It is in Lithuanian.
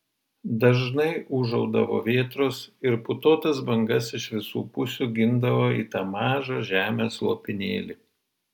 dažnai ūžaudavo vėtros ir putotas bangas iš visų pusių gindavo į tą mažą žemės lopinėlį